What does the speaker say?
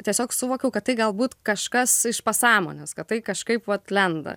tiesiog suvokiau kad tai galbūt kažkas iš pasąmonės kad tai kažkaip vat lenda